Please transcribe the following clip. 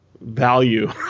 value